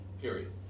period